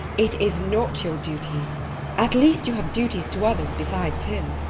it is not your duty at least you have duties to others besides him.